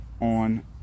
on